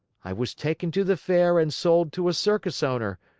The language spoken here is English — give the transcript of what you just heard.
i was taken to the fair and sold to a circus owner,